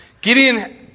Gideon